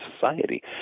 society